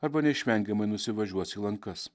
arba neišvengiamai nusivažiuos į lankas